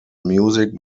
music